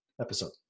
episode